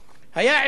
היה ערעור,